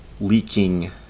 leaking